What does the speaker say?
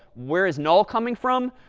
where is null coming from?